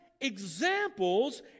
examples